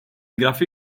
grafy